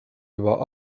juba